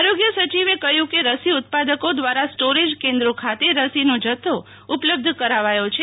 આરોગય સચિવં કહ્યું કે રસી ઉત્પાદકો દ્વારા સ્ટોરેજ કેન્દ્રો ખાતે રસીનો જથ્થો ઉપલબ્ધ કરાવાયો છે